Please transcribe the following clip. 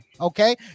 Okay